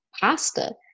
pasta